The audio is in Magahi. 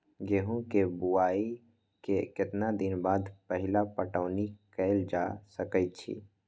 गेंहू के बोआई के केतना दिन बाद पहिला पटौनी कैल जा सकैछि?